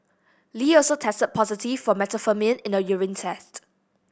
Lee also tested positive for methamphetamine in a urine test